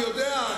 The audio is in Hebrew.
אני יודע.